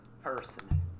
person